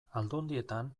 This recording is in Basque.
aldundietan